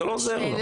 זה לא עוזר לו.